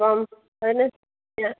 അപ്പം അതിന് ഞാൻ